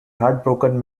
heartbroken